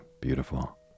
beautiful